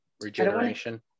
regeneration